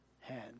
hand